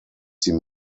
sie